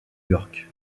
york